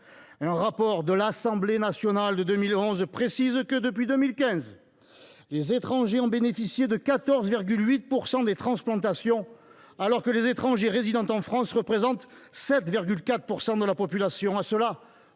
Un rapport de l’Assemblée nationale datant de 2021 précise que, depuis 2015, les étrangers ont bénéficié de 14,8 % des transplantations, alors que les étrangers résidant en France ne représentent que 7,4 % de la population.